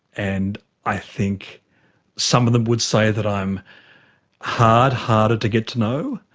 and i think some of them would say that i am harder harder to get to know,